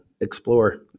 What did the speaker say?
explore